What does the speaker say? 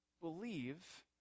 believe